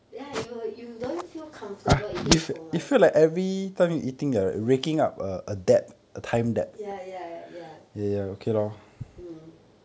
ya you you don't feel comfortable eating at home [one] ya ya ya mm